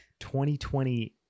2020